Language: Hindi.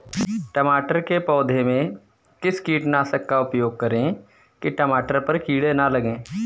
टमाटर के पौधे में किस कीटनाशक का उपयोग करें कि टमाटर पर कीड़े न लगें?